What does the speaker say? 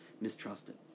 mistrusted